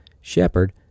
Shepard